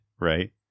right